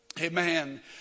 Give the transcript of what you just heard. Amen